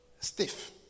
stiff